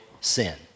sin